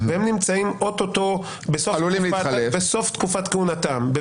והם נמצאים או-טו-טו בסוף תקופת כהונתם --- עלולים להתחלף.